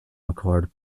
accord